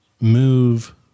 move